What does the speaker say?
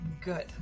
good